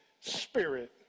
spirit